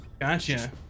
gotcha